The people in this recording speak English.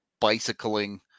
bicycling